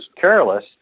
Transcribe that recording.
careless